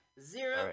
Zero